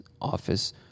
office